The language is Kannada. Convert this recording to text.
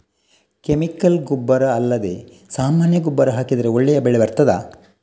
ಕೆಮಿಕಲ್ ಗೊಬ್ಬರ ಅಲ್ಲದೆ ಸಾಮಾನ್ಯ ಗೊಬ್ಬರ ಹಾಕಿದರೆ ಒಳ್ಳೆ ಬೆಳೆ ಬರ್ತದಾ?